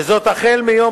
מיום